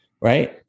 right